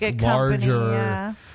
larger